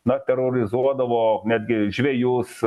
na terorizuodavo netgi žvejus